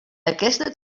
aquesta